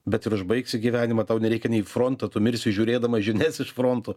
bet ir užbaigsi gyvenimą tau nereikia nei fronto tu mirsi žiūrėdamas žinias iš fronto